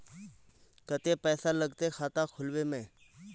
केते पैसा लगते खाता खुलबे में?